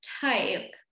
type